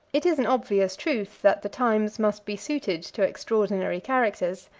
it is an obvious truth, that the times must be suited to extraordinary characters,